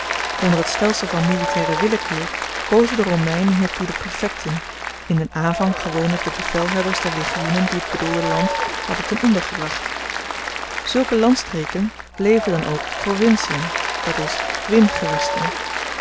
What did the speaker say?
onder het stelsel van militaire willekeur kozen de romeinen hiertoe de praefecten in den aanvang gewoonlyk de bevelhebbers der legioenen die t bedoelde land hadden ten onder gebracht zulke landstreken bleven dan ook provincien dat is